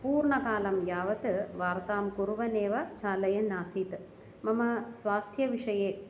पूर्णकालं यावत् वार्तां कुर्वन् एव चालयन् आसीत् मम स्वास्थ्यविषये